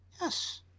Yes